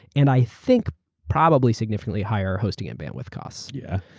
and i think probably significantly higher hosting and bandwidth costs. yeah.